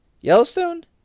Yellowstone